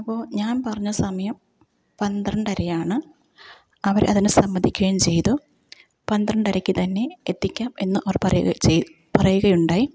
അപ്പോള് ഞാൻ പറഞ്ഞ സമയം പന്ത്രണ്ടരയാണ് അവരതിന് സമ്മതിക്കുകയും ചെയ്തു പന്ത്രണ്ടരയ്ക്കുതന്നെ എത്തിക്കാം എന്ന് അവർ പറയുകയും ചെയ്തു പറയുകയുണ്ടായി